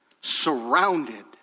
Surrounded